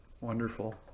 wonderful